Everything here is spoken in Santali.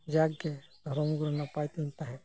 ᱡᱟᱠ ᱜᱮ ᱫᱷᱚᱨᱚᱢ ᱜᱩᱨᱩ ᱱᱟᱯᱟᱭ ᱛᱤᱧ ᱛᱟᱦᱮᱸ ᱠᱚᱜ ᱢᱟ